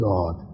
God